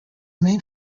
main